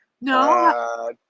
No